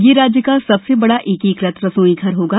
यह राज्य का सबसे बड़ा एकीकृत रसोई घर होगा